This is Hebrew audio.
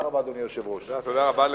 אדוני היושב-ראש, תודה רבה.